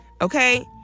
okay